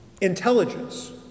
Intelligence